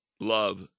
love